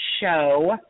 show